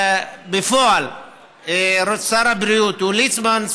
בפועל שר הבריאות הוא ליצמן,